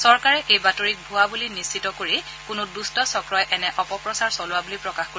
চৰকাৰে এই বাতৰিক ভুৱা বুলি নিশ্চিত কৰি কোনো দুষ্টচক্ৰই এনে অপপ্ৰচাৰ চলোৱা বুলি প্ৰকাশ কৰে